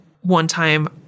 one-time